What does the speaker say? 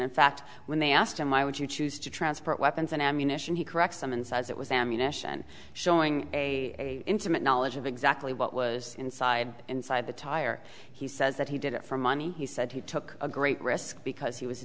in fact when they asked him why would you choose to transport weapons and ammunition he corrects some inside that was ammunition showing a intimate knowledge of exactly what was inside inside the tire he says that he did it for money he said he took a great risk because he was